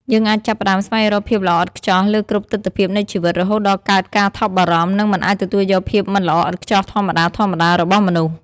យើងអាចចាប់ផ្ដើមស្វែងរកភាពល្អឥតខ្ចោះលើគ្រប់ទិដ្ឋភាពនៃជីវិត រហូតដល់កើតការថប់បារម្ភ និងមិនអាចទទួលយកភាពមិនល្អឥតខ្ចោះធម្មតាៗរបស់មនុស្ស។